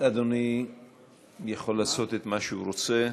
אדוני יכול לעשות מה שהוא רוצה.